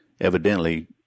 evidently